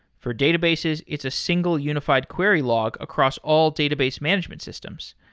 for databases, it's a single unified query log across all database management systems.